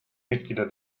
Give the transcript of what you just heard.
mitglieder